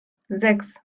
sechs